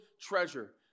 treasure